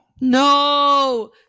no